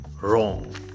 wrong